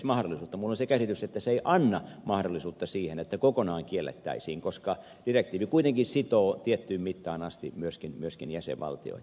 minulla on se käsitys että se ei anna mahdollisuutta siihen että kokonaan kiellettäisiin koska direktiivi kuitenkin sitoo tiettyyn mittaan asti myöskin jäsenvaltioita